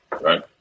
right